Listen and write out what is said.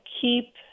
keep